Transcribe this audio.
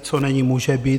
Co není, může být.